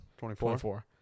24